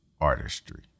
artistry